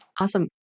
Awesome